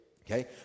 Okay